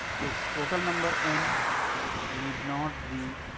this total number n need not be